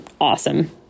awesome